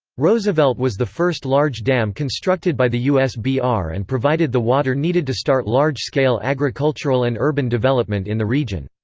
roosevelt was the first large dam constructed by the usbr and provided the water needed to start large-scale agricultural and urban development in the region.